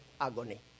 agony